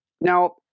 Now